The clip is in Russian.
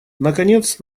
наконец